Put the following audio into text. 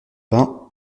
bain